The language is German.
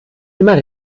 immer